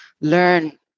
learn